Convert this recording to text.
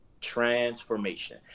transformation